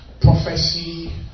prophecy